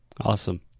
Awesome